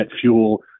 fuel